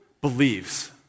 believes